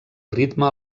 ritme